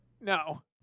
No